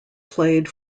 played